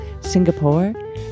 Singapore